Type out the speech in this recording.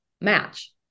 match